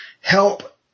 help